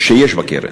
שיש בקרן.